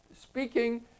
speaking